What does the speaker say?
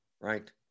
right